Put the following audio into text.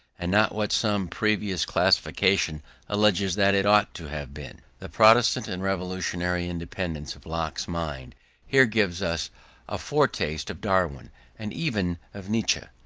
and not what some previous classification alleges that it ought to have been. the protestant and revolutionary independence of locke's mind here gives us a foretaste of darwin and even of nietzsche.